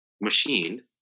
machine